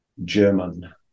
german